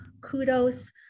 kudos